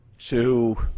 to